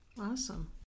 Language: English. Awesome